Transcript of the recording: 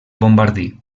bombardí